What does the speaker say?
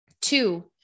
Two